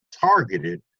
targeted